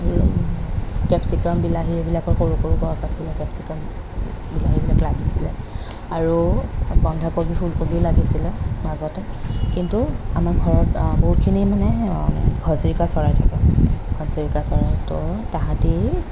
capsicum বিলাহী এইবিলাকৰ সৰু সৰু গছ আছিলে কেপচিকাম বিলাহীবিলাক লাগিছিলে আৰু বন্ধাকবি ফুলকবিও লাগিছিলে মাজতে কিন্তু আমাৰ ঘৰত বহুতখিনি মানে ঘৰচিৰিকা চৰাই থাকে ঘৰচিৰিকা চৰাই তৌ তাহাঁতি